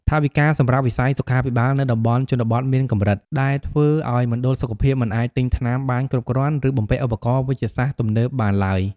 ថវិកាសម្រាប់វិស័យសុខាភិបាលនៅតំបន់ជនបទមានកម្រិត ដែលធ្វើឱ្យមណ្ឌលសុខភាពមិនអាចទិញថ្នាំបានគ្រប់គ្រាន់ ឬបំពាក់ឧបករណ៍វេជ្ជសាស្ត្រទំនើបបានឡើយ។